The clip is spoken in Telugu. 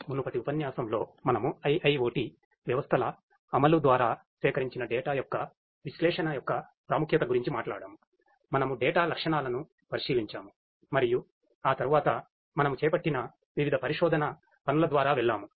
మునుపటి ఉపన్యాసంలో మనము IIoT వ్యవస్థల అమలు ద్వారా సేకరించిన డేటా లక్షణాలను పరిశీలించాము మరియు ఆ తరువాత మనము చేపట్టిన వివిధ పరిశోధన పనుల ద్వారా వెళ్ళాము